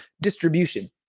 distribution